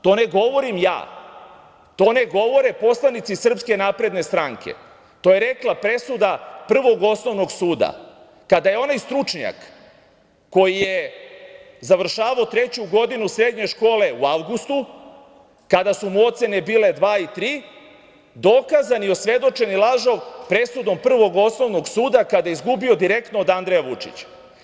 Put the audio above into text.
To ne govorim ja, to ne govore poslanici SNS, to je rekla presuda Prvog osnovnog suda kada je onaj stručnjak koji je završavao treću godinu srednje škole u avgustu, kada su mu ocene bile 2 i 3, dokazani i osvedočeni lažov presudom Prvog osnovnog suda, kada je izgubio direktno od Andreja Vučića.